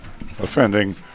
offending